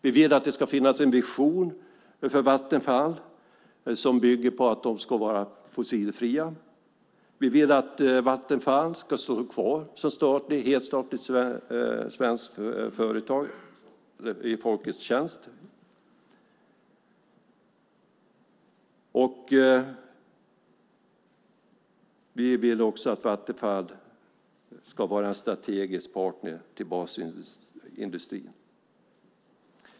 Vi vill att det ska finnas en vision för Vattenfall som bygger på att energin ska vara fossilfri. Vi vill att Vattenfall ska stå kvar som helstatligt svenskt företag i folkets tjänst. Vi vill också att Vattenfall ska vara en strategisk partner till basindustrin.